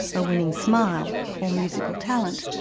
a winning smile, or musical talent,